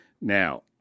Now